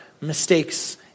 mistakes